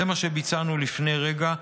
זה מה שביצענו לפני רגע,